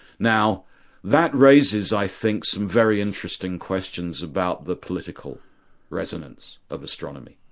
now that raises i think some very interesting questions about the political resonance of astronomy.